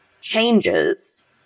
changes